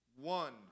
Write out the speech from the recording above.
one